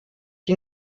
die